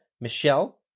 Michelle